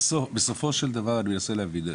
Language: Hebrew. בסופו של דבר אני מנסה להבין,